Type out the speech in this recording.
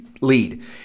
lead